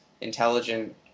intelligent